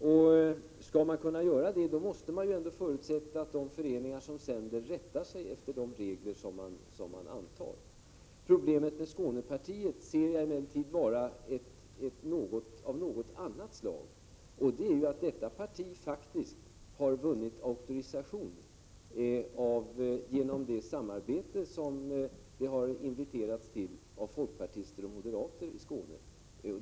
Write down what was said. Men skall det kunna fungera måste man förutsätta att de föreningar som sänder också rättar sig efter de regler som antas. Problemet med Skånepartiet anser jag emellertid vara av något annat slag. Detta parti har faktiskt vunnit auktorisation genom det samarbete som det har inviterats till av folkpartister och moderater i Skåne.